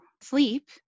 sleep